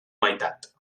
meitat